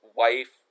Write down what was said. wife